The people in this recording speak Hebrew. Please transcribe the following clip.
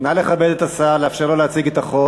נא לכבד את השר ולאפשר לו להציג את החוק.